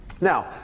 Now